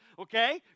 Okay